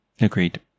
Agreed